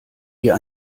dir